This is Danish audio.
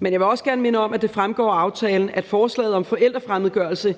Men jeg vil også gerne minde om, at det fremgår af aftalen, at forslaget om forældrefremmedgørelse